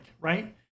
right